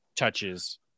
touches